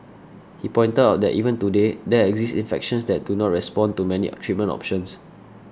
he pointed out that even today there exist infections that do not respond to many a treatment options